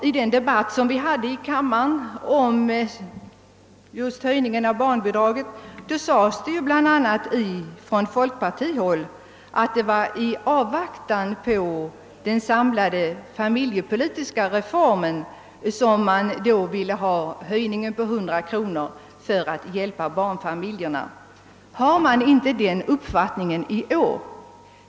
I den debatt vi förde i kammaren just om höjningen av barnbidragen sades det bl.a. från folkpartihåll, att det var i avvaktan på den samlade familjepolitiska reformen som man då ville få en höjning på 100 kronor för att hjälpa barnfamiljerna. Föreligger inte den uppfattningen i år?